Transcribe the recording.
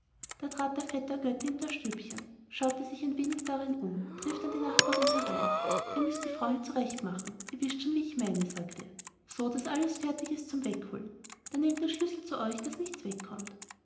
da trat der vetter götti in das stübchen schaute sich ein wenig darin um und rief dann die nachbarin herein ihr müßt die frau hier zurecht machen ihr wißt schon wie ich meine sagte er so daß alles fertig ist zum wegholen dann nehmt den schlüssel zu euch daß da nichts wegkommt